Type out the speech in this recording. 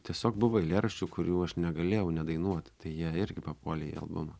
tiesiog buvo eilėraščių kurių aš negalėjau nedainuot tai jie irgi papuolė į albumą